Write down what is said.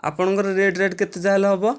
ଆପଣଙ୍କର rate rate କେତେ ଯାହାହେଲେ ହେବ